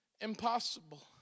impossible